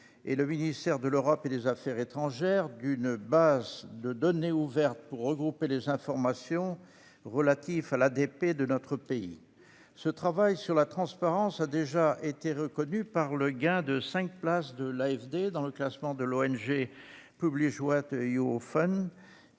et le ministre de l'Europe et des affaires étrangères, d'une base de données ouvertes visant à regrouper les informations relatives à l'APD de notre pays. Ce travail sur la transparence a déjà été reconnu par le gain de cinq places enregistré par l'AFD dans le classement de l'ONG, qui analyse la